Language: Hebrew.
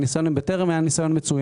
הניסיון עם בטרם היה מצוין.